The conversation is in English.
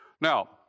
Now